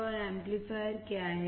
और एम्पलीफायर क्या है